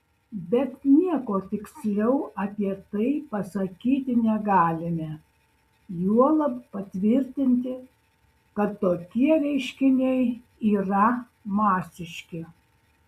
bet nieko tiksliau apie tai pasakyti negalime juolab patvirtinti kad tokie reiškiniai yra masiški